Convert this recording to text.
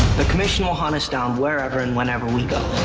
the commission will hunt us down wherever and whenever we go.